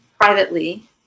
privately